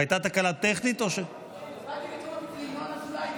והערכת מסוכנות, הוראת שעה),